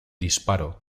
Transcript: disparo